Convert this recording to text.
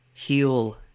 Heal